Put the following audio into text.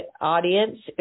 audience